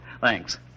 Thanks